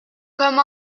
comme